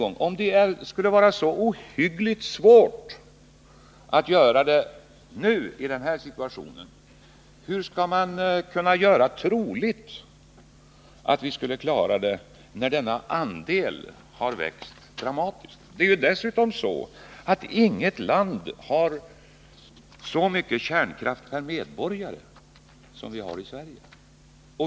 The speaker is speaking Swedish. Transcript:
Men om det skulle vara så ohyggligt svårt att genomföra avvecklingen i den här situationen, hur skall man då kunna göra troligt att vi skulle klara det när denna andel har växt dramatiskt? Det är dessutom på det sättet att inget annat land har så mycket kärnkraft per medborgare som Sverige.